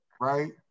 right